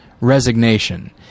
resignation